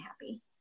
happy